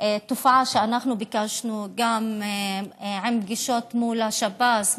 תופעה שאנחנו ביקשנו גם בפגישות מול השב"ס,